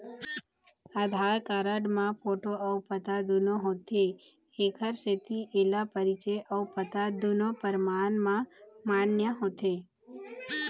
आधार card म photo अउ पता दुनो होथे एखर सेती एला परिचय अउ पता दुनो परमान म मान्य होथे